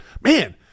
Man